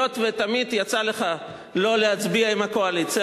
היות שתמיד יצא לך לא להצביע עם הקואליציה,